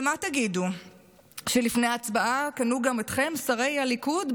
ומה תגידו שלפני ההצבעה קנו גם אתכם, שרי הליכוד?